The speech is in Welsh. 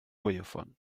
gwaywffon